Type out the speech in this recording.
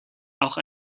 auch